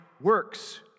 works